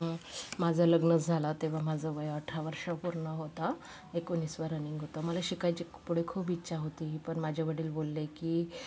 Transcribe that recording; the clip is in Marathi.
माझं लग्न झालं तेव्हा माझं वय अठरा वर्ष पूर्ण होतं एकोणिसावं रनिंग होतं मला शिकायची पुढे खूप इच्छा होती पण माझे वडील बोलले की